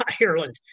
Ireland